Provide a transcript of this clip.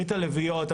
ברית הלביאות,